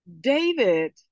David